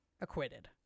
acquitted